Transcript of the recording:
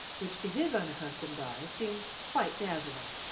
which to his unaccustomed eyes seemed quite dazzling.